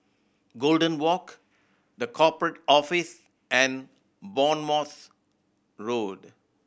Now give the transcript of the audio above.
Golden Walk The Corporate Office and Bournemouth Road